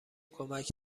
کمک